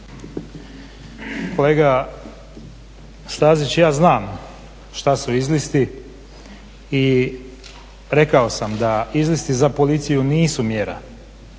Kolega Stazić ja zna šta su izlisti i rekao sam da izlisti za policiju nisu mjera.